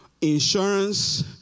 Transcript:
insurance